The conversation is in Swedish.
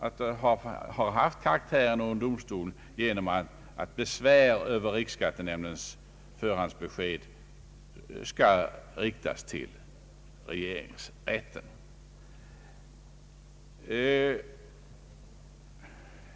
Att nämnden haft karaktären av en domstol visas också av att besvär över riksskattenämndens förhandsbesked skall riktas till regeringsrätten.